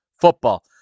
football